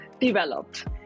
developed